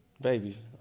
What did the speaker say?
Babies